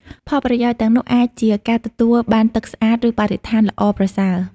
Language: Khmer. ផលប្រយោជន៍ទាំងនោះអាចជា ការទទួលបានទឹកស្អាត ឬបរិស្ថានល្អប្រសើរ។